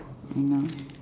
you know